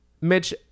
Mitch